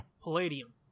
Palladium